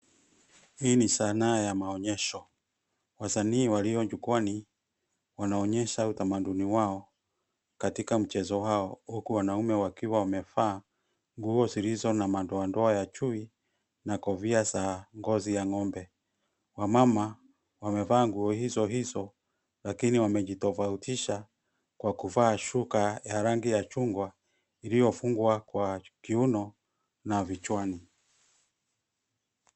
Hii ni sanaa ya maonyesho wasanii walio jukwaani wanaonyesha utamaduni wao katika mchezo wao huku wanaume wakiwa wamevaa nguo zilizo ma madoadoa ya chui na kofia za ngozi ya ngombe. Wamama wamevaa nguo hizo hizo lakini wamejitofautisha kwa kuvaa shuka ya rangi ya chungwa iliyofungwa kwa kiuno na vichwani.